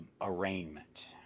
arraignment